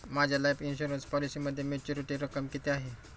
माझ्या life insurance पॉलिसीमध्ये maturity रक्कम किती आहे?